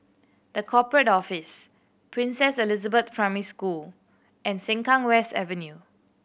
The Corporate Office Princess Elizabeth Primary School and Sengkang West Avenue